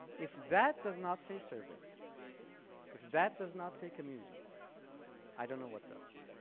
if that does not say service if that does not say community i don't know what does.